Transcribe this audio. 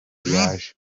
yaje